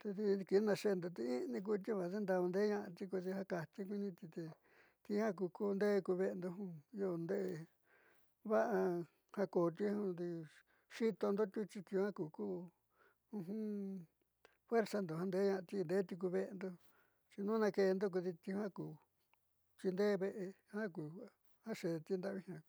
tedi kinaaxe'endo ti i'ini kuti vadde'e ndaayaande'eña'ati kodi ja kajti kuiiniti te tijiaá ku kunde'e ku ve'endo io nde'e va'a jakuti di xii tondotixi jiaa kuti ku fuerzando jaandeeña'ati nde'éti ku ve'endo xi nuu na keendo tijiaa kuti ndeé ve'e jiaa ku ja xede tinda'avi jiaa.